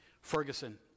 Ferguson